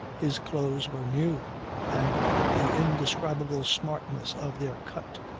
his clothes were new and the indescribable smartness of their cut,